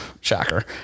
shocker